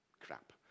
crap